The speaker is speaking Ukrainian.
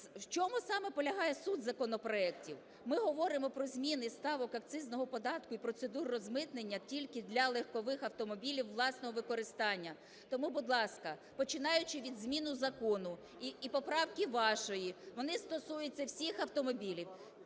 в чому саме полягає суть законопроектів? Ми говоримо про зміни ставок акцизного податку і процедур розмитнення тільки для легкових автомобілів власного використання. Тому, будь ласка, починаючи від зміни закону і поправки вашої, вони стосуються всіх автомобілів.